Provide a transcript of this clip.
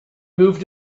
moved